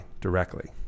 directly